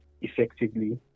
effectively